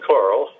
Carl